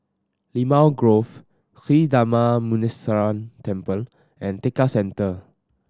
Limau Grove Sri Darma Muneeswaran Temple and Tekka Centre